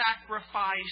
sacrifice